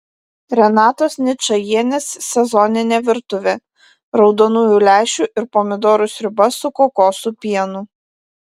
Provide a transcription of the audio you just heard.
renatos ničajienės sezoninė virtuvė raudonųjų lęšių ir pomidorų sriuba su kokosų pienu